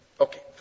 Okay